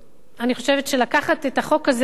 אני חושבת שלקחת את החוק הזה אחרי שהוא